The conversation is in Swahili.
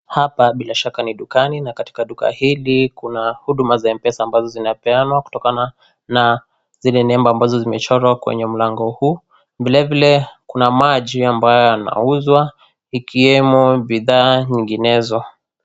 Hapa bila shaka ni dukani na katika duka hili kuna huduma za Mpesa ambazo zinapeanwa kutokana na zile nembo ambazo zimechorwa kwenye mlango huu, vile vile kuna maji ambayo yanauzwa ikiwemo bidhaa nyinginezo.